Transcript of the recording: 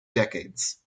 decades